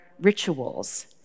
rituals